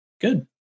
Good